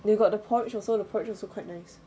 you got the porridge also the porridge also quite nice